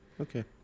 okay